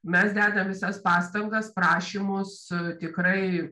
mes dedam visas pastangas prašymus tikrai